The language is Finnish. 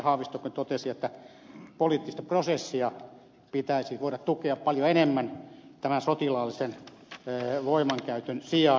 haavistokin totesi että poliittista prosessia pitäisi voida tukea paljon enemmän tämän sotilaallisen voimankäytön sijaan